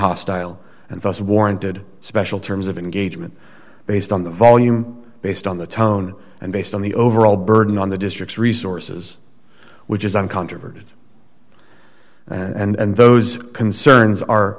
hostile and thus warranted special terms of engagement based on the volume based on the tone and based on the overall burden on the district's resources which is uncontroverted and those concerns are